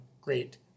great